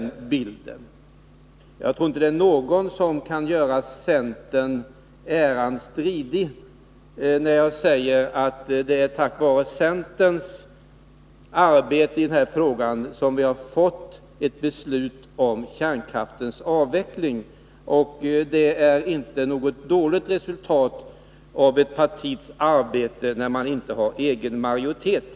Jag tror för det första inte att det är någon som kan göra centern äran stridig i det avseendet, att tack vare centerns arbete i den här frågan har vi fått ett beslut om kärnkraftens avveckling. Det är inte något dåligt resultat av ett partis arbete, när partiet inte har haft egen majoritet.